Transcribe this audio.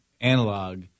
analog